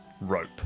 rope